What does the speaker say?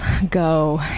go